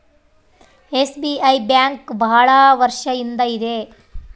SBI bank ಭಾಳ ವರ್ಷ ಇಂದ ಇದೆ